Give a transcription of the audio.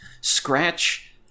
Scratch